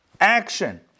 Action